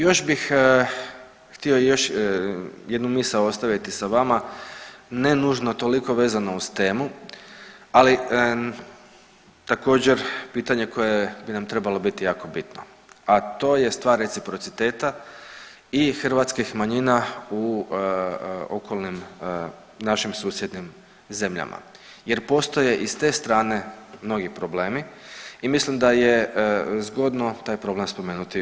Još bih htio još jednu misao ostaviti sa vama ne nužno toliko vezano uz temu, ali također pitanje koje bi nam trebalo biti jako bitno, a to je stvar reciprociteta i hrvatskih manjina u okolnim našim susjednim zemljama jer postoje i s te strane mnogi problemi i mislim da je zgodno taj problem spomenuti ovdje.